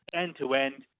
end-to-end